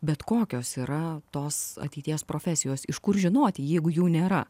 bet kokios yra tos ateities profesijos iš kur žinoti jeigu jų nėra